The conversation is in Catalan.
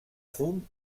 fum